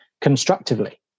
constructively